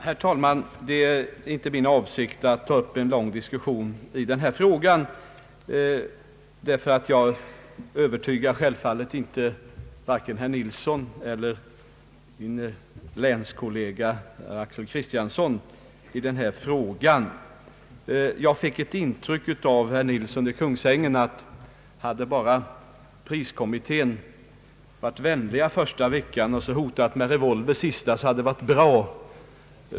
Herr talman! Det är inte min avsikt att ta upp en lång diskussion i den här frågan. Jag övertygar självfallet inte vare sig herr Nilsson eller min länskollega herr Axel Kristiansson. Jag fick det intrycket av vad herr Nilsson i Kungsängen sade att hade bara priskommittén varit vänlig första veckan och hotat med revolver den sista så hade det varit bra.